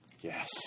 Yes